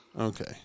Okay